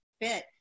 fit